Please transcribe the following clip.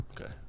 Okay